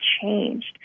changed